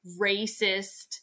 racist